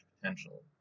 potential